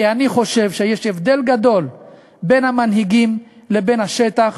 כי אני חושב שיש הבדל גדול בין המנהיגים לבין השטח,